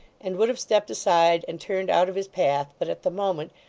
and would have stepped aside and turned out of his path, but at the moment,